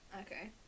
Okay